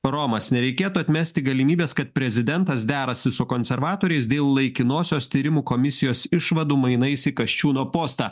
romas nereikėtų atmesti galimybės kad prezidentas derasi su konservatoriais dėl laikinosios tyrimų komisijos išvadų mainais į kasčiūno postą